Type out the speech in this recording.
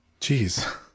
Jeez